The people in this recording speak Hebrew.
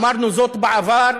אמרנו זאת בעבר.